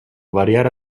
variare